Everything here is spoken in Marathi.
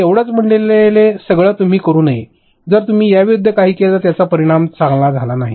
मी एवढंच म्हणलेले सगळं तुम्ही करू नये जर तुम्ही त्याविरूद्ध काही केलं तर त्याचा परिणाम झाला नाही